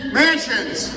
mansions